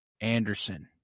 Anderson